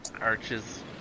arches